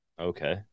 Okay